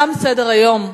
תם סדר-היום.